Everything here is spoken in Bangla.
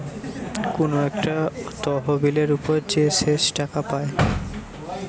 কুনু একটা তহবিলের উপর যে শেষ টাকা পায়